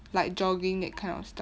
like jogging that kind of stuff